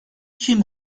kim